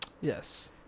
Yes